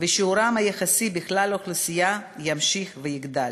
ושיעורם היחסי בכלל האוכלוסייה ימשיך ויגדל.